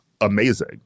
amazing